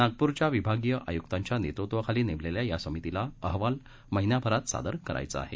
नागपूरच्या विभागीय आयुक्तांच्या नेतृत्वाखाली नेमलेल्या या समितीला अहवाल महिनाभरात सादर करायचा आहे